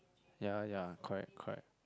ya ya correct correct